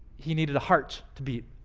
he needed a heart to beat